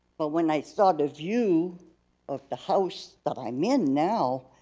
but when i saw the view of the house that i'm in now,